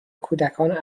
کودکان